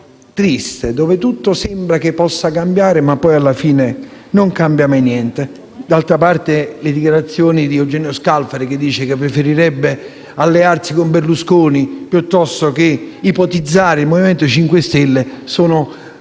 triste, in cui sembra che tutto possa cambiare, ma poi alla fine non cambia mai niente. D'altra parte, le dichiarazioni di Eugenio Scalfari, che dice che preferirebbe allearsi con Berlusconi piuttosto che considerare il Movimento 5 Stelle, sono